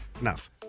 Enough